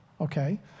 okay